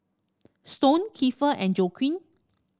Stone Kiefer and Joaquin